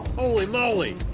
holy moly!